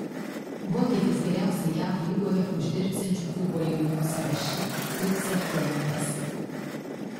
vokietis geriausiai jav lygoje uždirbsiančių futbolininkų sąraše tik septintas